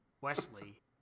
Wesley